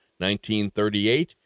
1938